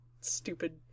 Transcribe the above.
stupid